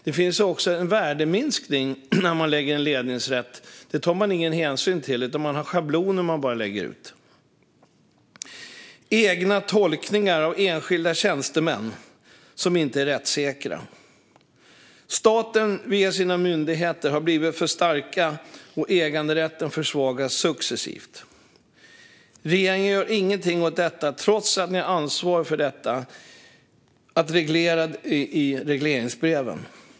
Det blir också en värdeminskning när en ledningsrätt läggs. Detta tar man ingen hänsyn till, utan man lägger bara ut schabloner. Enskilda tjänstemän gör egna tolkningar som inte är rättssäkra. Staten har via sina myndigheter blivit för stark, och äganderätten försvagas successivt. Regeringen gör ingenting åt detta, trots att man har ett ansvar att reglera genom regleringsbrev.